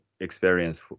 experience